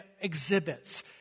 exhibits